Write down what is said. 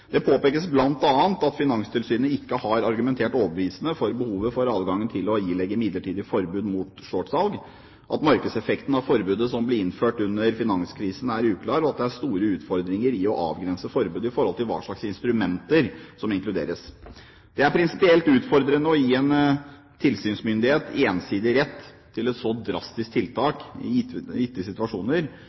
Det påpekes bl.a. at Finanstilsynet ikke har argumentert overbevisende for behovet for adgangen til å ilegge midlertidig forbud mot shortsalg, at markedseffekten av forbudet som ble innført under finanskrisen, er uklar, og at det er store utfordringer i å avgrense forbudet i forhold til hva slags instrumenter som inkluderes. Det er prinsipielt utfordrende å gi en tilsynsmyndighet ensidig rett til et så drastisk tiltak i gitte situasjoner